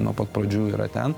nuo pat pradžių yra ten